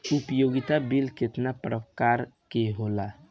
उपयोगिता बिल केतना प्रकार के होला?